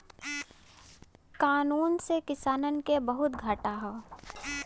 कानून से किसानन के बहुते घाटा हौ